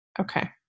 okay